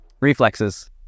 reflexes